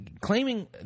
claiming